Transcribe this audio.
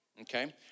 okay